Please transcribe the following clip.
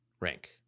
rank